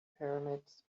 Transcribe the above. pyramids